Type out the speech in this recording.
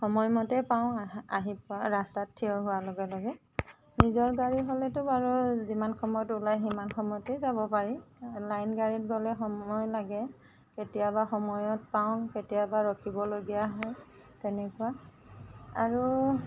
সময়মতে পাওঁ আ আহি ৰাস্তাত থিয় হোৱা লগে লগে নিজৰ গাড়ী হ'লেটো বাৰু যিমান সময়ত ওলাই সিমান সময়তে যাব পাৰি লাইন গাড়ীত গ'লে সময় লাগে কেতিয়াবা সময়ত পাওঁ কেতিয়াবা ৰখিবলগীয়া হয় তেনেকুৱা আৰু